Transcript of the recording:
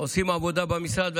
עושים עבודה במשרד,